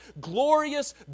glorious